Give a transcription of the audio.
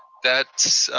that's